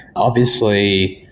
obviously,